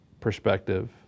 perspective